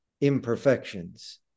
imperfections